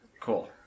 Cool